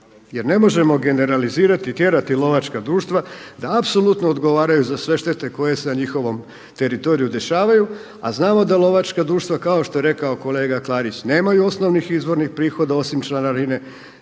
jer ne možemo generalizirati, tjerati lovačka društva da apsolutno odgovaraju za sve štete koje se na njihovom teritoriju dešavaju a znamo da lovačka društva kao što je rekao kolega Klarić nemaju osnovnih izvornih prihoda osim članarine,